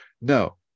No